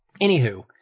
Anywho